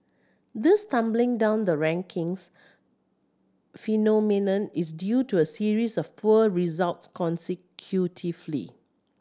this tumbling down the rankings phenomenon is due to a series of poor results consecutively